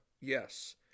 Yes